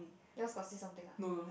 yours got say something ah